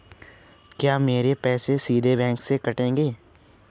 क्या मेरे पैसे सीधे बैंक से कटेंगे?